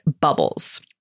bubbles